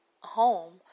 home